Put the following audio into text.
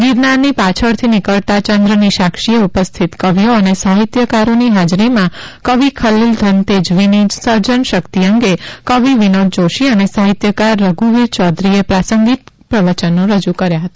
ગીરનારની પાછળથી નીકળતા ચંદ્રની સાક્ષીએ ઉપસ્થિત કવિઓ અને સાહિત્યકારોની હાજરીમાં કવિ ખલિલ ધનતેજવીની સર્જનશક્તિ અંગે કવિ વિનોદ જોશી અને સાહિત્યકાર રધુવીર યૌધરીએ પ્રાસંગિક પ્રવચનો રજૂ કર્યા હતા